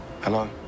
Hello